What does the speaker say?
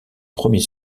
premier